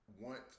want